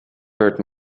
hurt